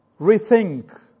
rethink